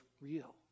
real